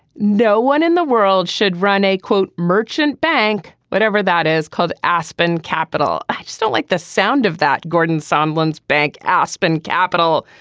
no one in the world should run a, quote, merchant bank. whatever that is called, aspin capital. i just don't like the sound of that. gordon somberness bank, aspin capital,